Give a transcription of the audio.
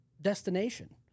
destination